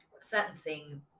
sentencing